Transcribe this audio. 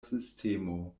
sistemo